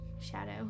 Shadow